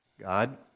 God